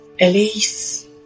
Elise